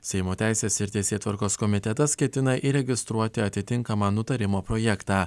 seimo teisės ir teisėtvarkos komitetas ketina įregistruoti atitinkamą nutarimo projektą